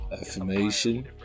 affirmation